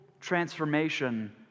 transformation